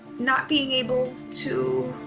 not being able to,